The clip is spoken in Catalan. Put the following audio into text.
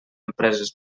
empreses